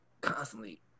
constantly